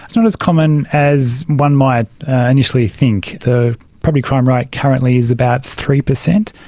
it's not as common as one might initially think. the property crime rate currently is about three percent.